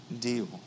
deal